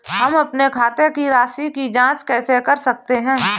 हम अपने खाते की राशि की जाँच कैसे कर सकते हैं?